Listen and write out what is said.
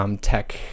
tech